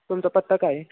तुमचा पत्ता काय आहे